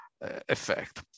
effect